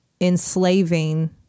enslaving